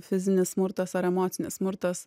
fizinis smurtas ar emocinis smurtas